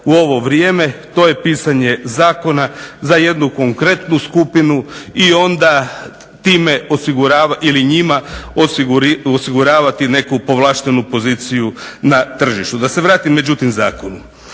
u ovo vrijeme? To je pisanje zakona za jednu konkretnu skupinu i onda time osiguravati, ili njima, osiguravati neku povlaštenu poziciju na tržištu. Da se vratim međutim zakonu.